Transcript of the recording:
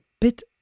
bit